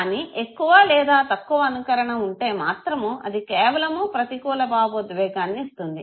కానీ ఎక్కువ లేదా తక్కువ అనుకరణ ఉంటే మాత్రము అది కేవలము ప్రతికూల భావోద్వేగాన్ని ఇస్తుంది